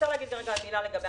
לגבי